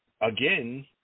again